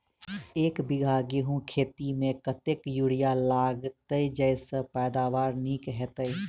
एक बीघा गेंहूँ खेती मे कतेक यूरिया लागतै जयसँ पैदावार नीक हेतइ?